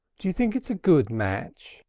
do you think it's a good match?